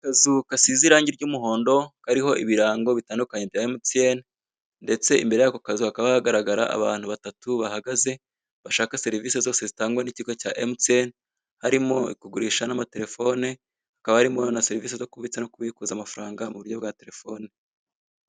Akazu gasize irangi ry'umuhondo, kariho ibirango bitandukanye bya MTN ndetse imbere y'ako kazu hakaba hagaragara abantu batatu bahagaze bashaka serivisi zose zitangwa n'ikigo cya MTN, harimo kugurisha n'amaterefone, hakaba arimo na serivisi zo kubitsa no kubikuza amafaranga mu buryo bwa terefone.